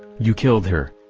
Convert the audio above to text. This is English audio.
you killed her.